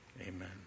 Amen